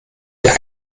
der